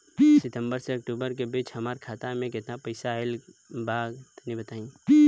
सितंबर से अक्टूबर के बीच हमार खाता मे केतना पईसा आइल बा तनि बताईं?